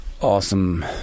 awesome